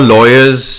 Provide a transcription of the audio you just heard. Lawyer's